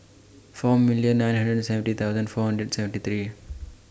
four million nine hundred and seventy thousand four hundred seventy three